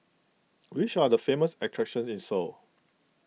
which are the famous attractions in Seoul